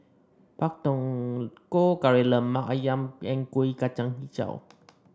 Pak Thong Ko Kari Lemak ayam and Kueh Kacang hijau